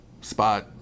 spot